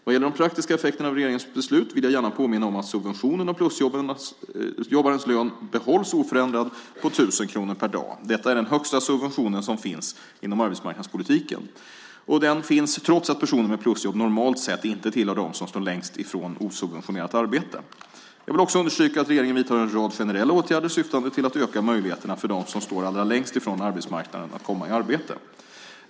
Vad gäller de praktiska effekterna av regeringens beslut vill jag gärna påminna om att subventionen av plusjobbarens lön behålls oförändrad på 1 000 kronor per dag. Detta är den högsta subventionen som finns inom arbetsmarknadspolitiken, och den finns trots att personer med plusjobb normalt sett inte tillhör dem som står längst från osubventionerat arbete. Jag vill också understryka att regeringen vidtar en rad generella åtgärder syftande till att öka möjligheterna för dem som står allra längst från arbetsmarknaden att komma i arbete.